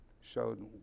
showed